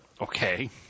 okay